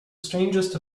strangest